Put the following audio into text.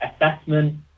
assessment